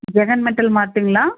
Jagan metal மார்ட்டுங்களா